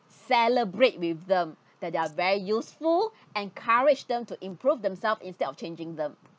celebrate with them that they're very useful encourage them to improve themselves instead of changing them